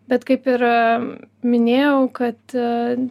bet kaip ir minėjau kad